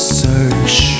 search